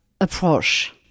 approach